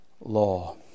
law